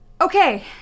Okay